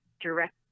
direct